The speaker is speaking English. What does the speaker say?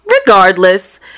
regardless